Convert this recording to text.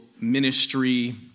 ministry